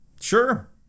Sure